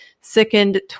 Sickened